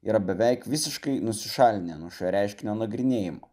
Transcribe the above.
yra beveik visiškai nusišalinę nuo šio reiškinio nagrinėjimo